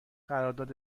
قرارداد